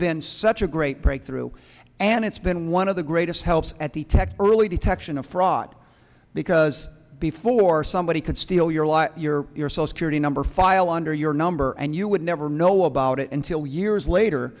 been such a great breakthrough and it's been one of the greatest helps at the tech early detection of fraud because before somebody could steal your lot you're you're so scared a number file under your number and you would never know about it until years later